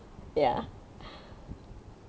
ya